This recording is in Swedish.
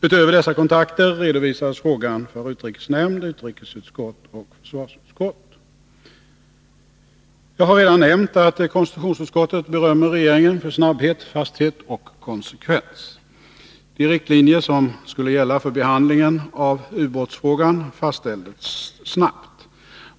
Utöver dessa kontakter redovisades frågan för utrikesnämnd, utrikesutskott och försvarsutskott. Jag har redan nämnt att konstitutionsutskottet berömmer regeringen för snabbhet, fasthet och konsekvens. De riktlinjer som skulle gälla för behandlingen av ubåtsfrågan fastställdes snabbt.